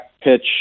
pitch